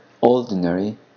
ordinary